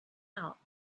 out